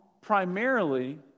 primarily